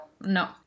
no